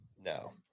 No